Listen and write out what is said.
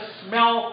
smell